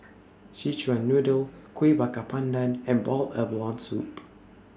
Szechuan Noodle Kuih Bakar Pandan and boiled abalone Soup